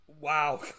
wow